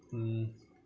mm